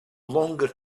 longer